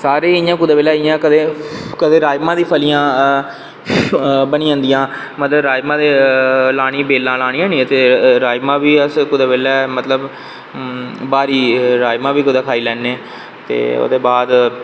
सारे इंया कुदै बेल्लै इंया कदें राजमां दियां फलियां बनी जंदियां ते राजमां दियां बेलां लानियां निं ते राजमां बी कुदै अस ब्हारी राजमां बी अस कुदै खाई लैन्ने ते ओह्दे बाद